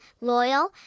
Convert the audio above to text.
loyal